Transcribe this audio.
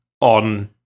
on-